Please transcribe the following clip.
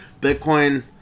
Bitcoin